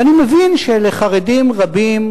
ואני מבין שלחרדים רבים,